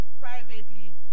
privately